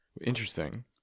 Interesting